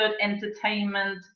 entertainment